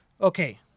Okay